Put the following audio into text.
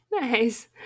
Nice